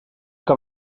que